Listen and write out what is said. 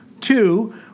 Two